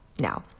Now